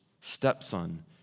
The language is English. stepson